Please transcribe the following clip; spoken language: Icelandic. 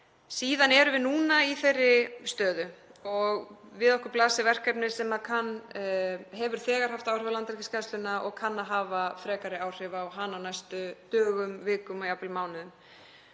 Síðan erum við núna í þeirri stöðu og við okkur blasir verkefni sem hefur þegar haft áhrif á Landhelgisgæsluna og kann að hafa frekari áhrif á hana á næstu dögum, vikum og jafnvel mánuðum.